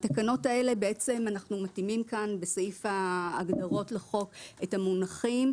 בעצם אנחנו מתאימים כאן בסעיף ההגדרות לחוק את המונחים,